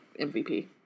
MVP